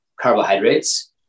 carbohydrates